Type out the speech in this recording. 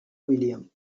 william